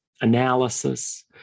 analysis